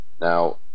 Now